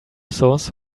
sauce